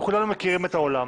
אנחנו כולנו מכירים את העולם,